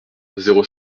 zéro